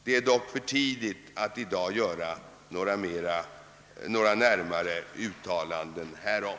Det är dock för tidigt att i dag göra något närmare uttalande härom.